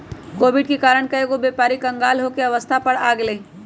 Covid के कारण कएगो व्यापारी क़ँगाल होये के अवस्था पर आ गेल हइ